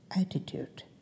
attitude